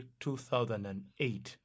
2008